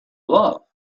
love